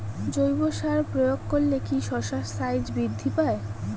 জৈব সার প্রয়োগ করলে কি শশার সাইজ বৃদ্ধি পায়?